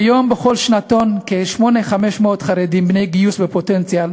כיום בכל שנתון יש כ-8,500 חרדים בני גיוס בפוטנציה,